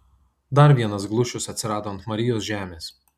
dar vienas glušius atsirado ant marijos žemės